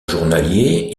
journalier